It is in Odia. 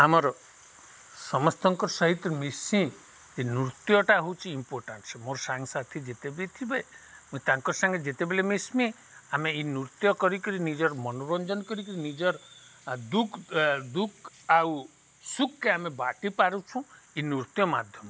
ଆମର ସମସ୍ତଙ୍କ ସହିତ ମିଶି ଏ ନୃତ୍ୟଟା ହେଉଛି ଇମ୍ପୋର୍ଟାଣ୍ଟସ୍ ମୋର୍ ସାଙ୍ଗସାଥି ଯେତେବେ ଥିବେ ମୁଇଁ ତାଙ୍କର୍ ସାଙ୍ଗେ ଯେତେବେଲେ ମିଶ୍ମି ଆମେ ଏଇ ନୃତ୍ୟ କରିକିରି ନିଜର ମନୋରଞ୍ଜନ କରିକିରି ନିଜର ଦୁଃଖ୍ ଦୁଃଖ୍ ଆଉ ସୁଖ୍କେ ଆମେ ବାଟି ପାରୁଛୁଁ ଇ ନୃତ୍ୟ ମାଧ୍ୟମରେ